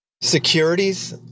securities